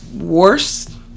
worse